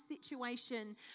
situation